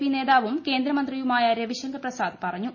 P നേതാവും കേന്ദ്രമന്ത്രിയുമായ രവിശങ്കർ പ്രസാദ് പറഞ്ഞു